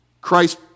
Christ